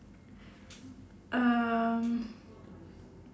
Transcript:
um